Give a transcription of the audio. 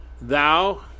thou